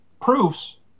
proofs